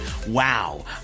Wow